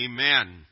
Amen